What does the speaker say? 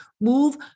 move